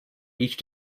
each